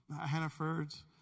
Hannaford's